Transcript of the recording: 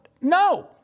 No